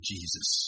Jesus